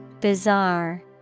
Bizarre